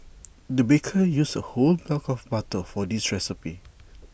the baker used A whole block of butter for this recipe